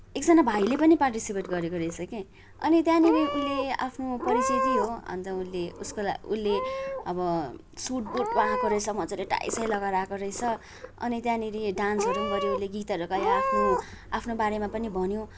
एकजना भाइले पनि पार्टिसिपेट गरेको रहेछ के अनि त्यहाँनिर उल्ले आफ्नो परिचय दियो अन्त उसले उसको ला उसले अब सुटबुटमा आएको रहेछ मज्जाले टाई साई लगाएर आएको रहेछ अनि त्यहाँनिर डान्सहरू पनि गऱ्यो उसले गीतहरू गायो आफ्नो आफ्नो बारेमा पनि भन्यो